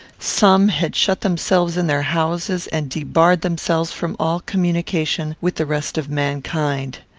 some had shut themselves in their houses, and debarred themselves from all communication with the rest of mankind.